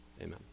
amen